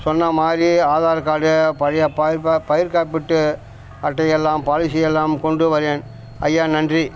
சொன்ன மாதிரி ஆதார் கார்டு பழைய பய் ப பயிர் காப்பீட்டு அட்டையெல்லாம் பாலிசி எல்லாம் கொண்டு வரேன் ஐயா நன்றி